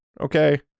okay